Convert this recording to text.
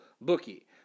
bookie